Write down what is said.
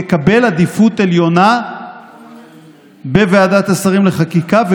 יקבל עדיפות עליונה בוועדת השרים לחקיקה.